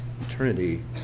eternity